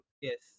yes